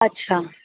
अच्छा